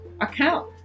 account